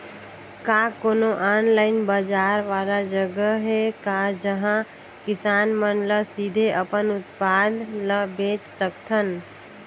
का कोनो ऑनलाइन बाजार वाला जगह हे का जहां किसान मन ल सीधे अपन उत्पाद ल बेच सकथन?